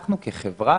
אנחנו כחברה